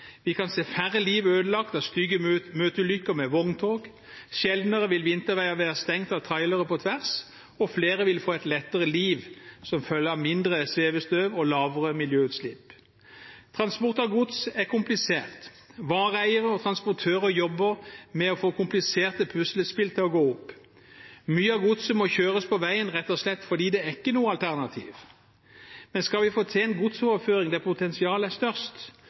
Vi kan se færre liv ødelagt av stygge møteulykker med vogntog, sjeldnere vil vinterveier være stengt av trailere på tvers, og flere vil få et lettere liv som følge av mindre svevestøv og lavere miljøutslipp. Transport av gods er komplisert. Vareeiere og transportører jobber med å få kompliserte puslespill til å gå opp. Mye av godset må kjøres på veien, rett og slett fordi det ikke er noe alternativ. Men skal vi få til en godsoverføring der potensialet er størst,